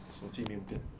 手机没有电